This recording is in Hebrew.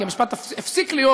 כי המשפט הפסיק להיות